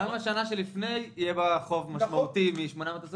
גם השנה שלפני יהיה בה חוב משמעותי מ-823,